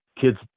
kids